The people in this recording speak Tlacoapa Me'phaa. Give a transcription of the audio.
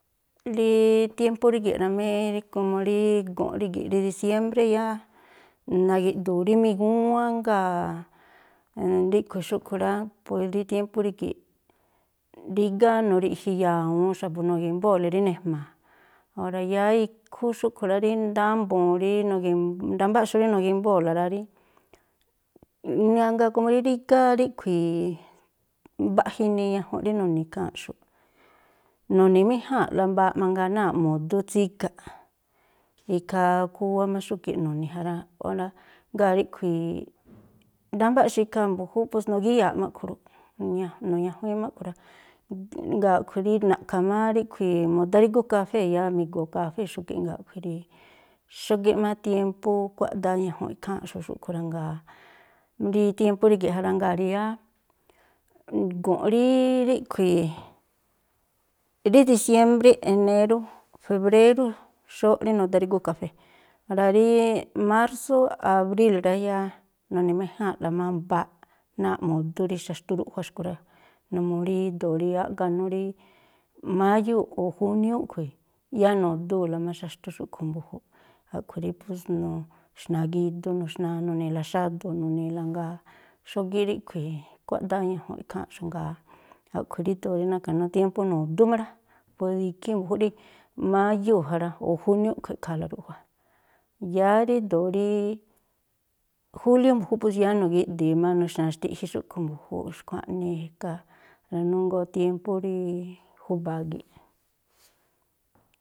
Rí tiémpú rígi̱ꞌ rámí, komo rí gu̱nꞌ rígi̱ꞌ rí disiémbré yá nagi̱ꞌdu̱u̱ rí migúwán, jngáa̱ ríꞌkhui̱ xúꞌkhui̱ rá, pues rí tiémpú rígi̱ꞌ rígá nuri̱ꞌji ya̱wu̱un xa̱bu̱ nugi̱mbóo̱le rí nejma̱a̱, ora yáá ikhú xúꞌkhui̱ rá rí ndámbu̱un rí nugi̱m ndámbáꞌxu̱ꞌ rí nu̱gímbóo̱la rá rí mangaa komo rí rígá ríꞌkhui̱ mbaꞌja inii ñajunꞌ rí nu̱ni̱ ikháa̱nꞌxu̱ꞌ, nu̱ni̱méjáa̱nꞌla mbaaꞌ mangaa náa̱ꞌ mu̱dú tsígaꞌ, ikhaa khúwá má xúgi̱ꞌ nu̱ni̱ ja rá. Ora, jngáa̱ ríꞌkhui̱ ndámbáꞌxu̱ꞌ ikhaa mbu̱júúꞌ pos nu̱gíya̱aꞌ má a̱ꞌkhui̱ rúꞌ, nu̱ña nu̱ñajuíínꞌ má a̱ꞌkhui̱ rá. Jngáa̱ a̱ꞌkhui̱ rí na̱ꞌkha̱ má ríꞌkhui̱ mudárígú kafée̱, yáá mi̱go̱o̱ kafée̱ xúgi̱ jngáa̱ a̱ꞌkhui̱ rí xógíꞌ má tiémpú kuáꞌdáá ñajunꞌ ikháa̱nꞌxu̱ꞌ xúꞌkhui̱ rá jngáa̱ rí tiémpú rígi̱ꞌ ja rá. Jngáa̱ rí yáá gu̱nꞌ rí ríꞌkhui̱, rí disiémbré, enérú, febrérú xóó rí nu̱dárígú kafée̱, ora rí mársú, abríl rá, yáá nu̱ni̱méjáa̱nꞌla má mbaaꞌ náa̱ꞌ mu̱dú rí xaxtu ruꞌjua xkui̱ rá. Numuu rído̱ rí áꞌganú rí máyúu̱ o̱ júniú a̱ꞌkhui̱, yáá nu̱dúu̱la má xaxtu xúꞌkhui̱ mbu̱júúꞌ. A̱ꞌkhui̱ rí pos nu̱xna̱a gidu nu̱xna̱a, nu̱ni̱i̱la xado̱o̱ nu̱ni̱i̱la, ngáa̱ xógíꞌ ríꞌkhui̱ kuáꞌdáá ñajunꞌ ikháa̱nꞌxu̱ꞌ, jngáa̱ a̱ꞌkhui̱ rído̱o̱ rí na̱ka̱nú tiémpú, nu̱dú má rá, po ikhí mbu̱júúꞌ rí máyúu̱ ja rá, o̱ júniú a̱ꞌkhui̱ e̱ꞌkha̱a̱la ruꞌjua. Yáá rído̱o̱ rí júliú mbu̱júúꞌ pos yáá nu̱gíꞌdi̱i má nu̱xna̱a xtiꞌjí xúꞌkhui̱ mbu̱júúꞌ. Xkua̱ꞌnii e̱ka̱ ranúngoo tiémpú rí júba̱a gii̱ꞌ.